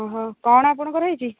ଓହୋ କ'ଣ ଆପଣଙ୍କର ହୋଇଛି